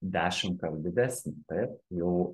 dešimtkart didesnė taip jau